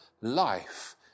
life